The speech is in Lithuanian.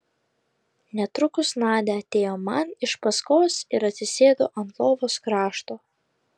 netrukus nadia atėjo man iš paskos ir atsisėdo ant lovos krašto